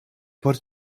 por